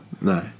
No